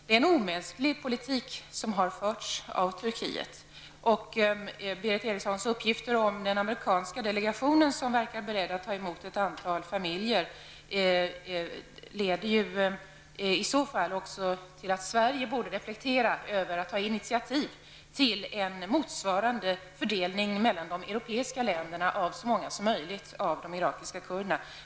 Det är en omänsklig politik som har förts av Turkiet. Berith Erikssons uppgifter om den amerikanska delegationen, som verkar vara beredd att ta emot ett antal familjer, innebär också att Sverige borde reflektera över att ta initiativ till en motsvarande fördelning mellan de europeiska länderna av så många som möjligt av de irakiska kurderna.